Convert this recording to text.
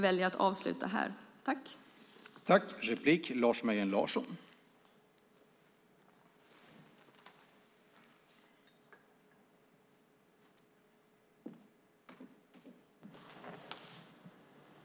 Därför avslutar jag här.